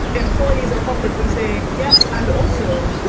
employees are publicly saying yes. and also,